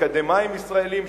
אקדמאים ישראלים,